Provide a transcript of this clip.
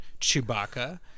chewbacca